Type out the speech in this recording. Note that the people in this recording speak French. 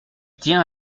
tient